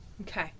Okay